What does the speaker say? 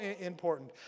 important